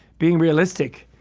being realistic,